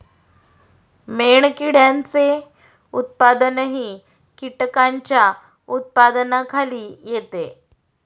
मेणकिड्यांचे उत्पादनही कीटकांच्या उत्पादनाखाली येते